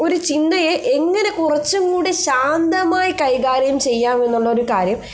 ഒരു ചിന്തയെ എങ്ങനെ കുറച്ചുംകൂടി ശാന്തമായി കൈകാര്യം ചെയ്യാം എന്നുള്ള ഒരു കാര്യം